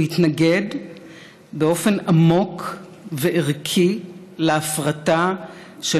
הוא התנגד באופן עמוק וערכי להפרטה של